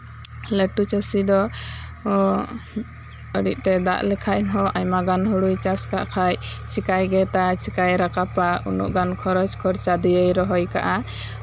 ᱞᱟᱹᱴᱩ ᱪᱟᱹᱥᱤ ᱫᱚ ᱟᱹᱰᱤ ᱟᱸᱴ ᱮ ᱫᱟᱜ ᱞᱮᱠᱷᱟᱱᱦᱚᱸ ᱟᱭᱢᱟ ᱜᱟᱱ ᱦᱩᱲᱩᱭ ᱪᱟᱥ ᱟᱠᱟᱜ ᱠᱷᱟᱱ ᱪᱤᱠᱟᱹᱭ ᱜᱮᱫᱼᱟ ᱪᱤᱠᱟᱭ ᱨᱟᱠᱟᱵᱟ ᱩᱱᱟᱹᱜ ᱜᱟᱱ ᱠᱷᱚᱨᱚᱪ ᱠᱷᱚᱨᱪᱟ ᱫᱤᱭᱮᱭ ᱨᱚᱦᱚᱭ ᱠᱟᱜᱼᱟ